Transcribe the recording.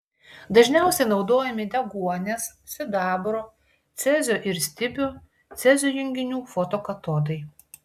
dažniausiai naudojami deguonies sidabro cezio ir stibio cezio junginių fotokatodai